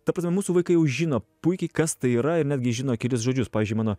ta prasme mūsų vaikai jau žino puikiai kas tai yra ir netgi žino kelis žodžius pavyzdžiui mano